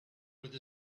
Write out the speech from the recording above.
with